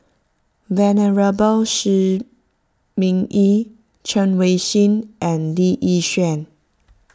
Venerable Shi Ming Yi Chen Wen Hsi and Lee Yi Shyan